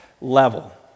level